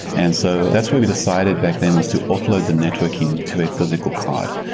and so that's where we decided back then was to offload the networking to a physical card.